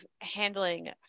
handling